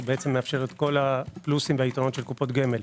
מאפשר את כל הפלוסים והיתרונות של קופות גמל.